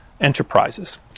enterprises